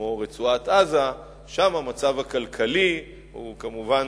כמו רצועת-עזה, שם המצב הכלכלי הוא כמובן